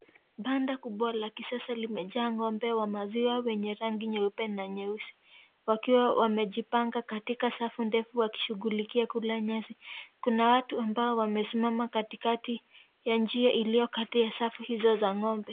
Banda kubwa la kisasa limejaa ngombe wa maziwa wenye rangi nyeupe na nyeusi wakiwa wamejipanga katika safu ndefu wakishughulikia Kula nyasi. Kuna watu ambao wamesimama katikati na njia iliyo Kato ya safu hizo za ng'ombe.